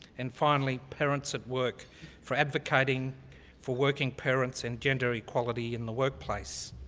and finally, parents at work for advocating for working parents and gender equality in the workplace.